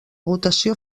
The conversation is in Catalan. votació